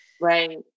Right